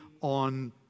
on